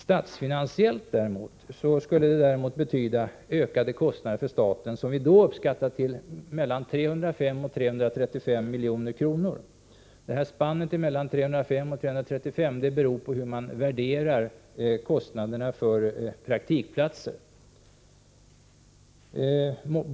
Statsfinansiellt däremot skulle det betyda ökade kostnader för staten, vilka vi då uppskattade till mellan 305 och 335 milj.kr. Det här spannet mellan 305 och 335 miljoner beror på hur man värderar kostnaderna för praktikplatser.